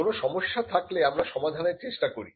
কোন সমস্যা থাকলে আমরা সমাধানের চেষ্টা করি